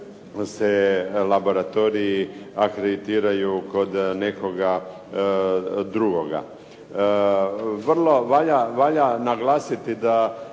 se laboratoriji akreditiraju kod nekoga drugoga. Valja naglasiti da